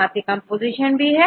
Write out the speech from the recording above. साथ ही कंपोजीशन भी है